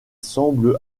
semble